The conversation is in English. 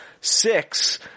Six